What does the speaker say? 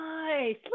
nice